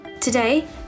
Today